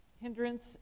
hindrance